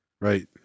Right